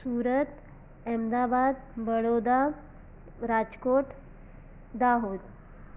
Surat Ahmedabad Baroda Rajkot Dahod